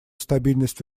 стабильность